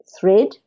thread